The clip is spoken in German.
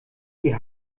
die